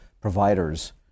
providers